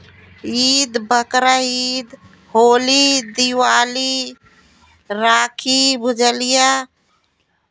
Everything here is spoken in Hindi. ईद बकरीद होली दीवाली राखी बुझालिया